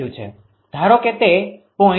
ધારો કે તે 0